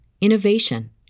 innovation